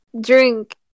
drink